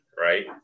right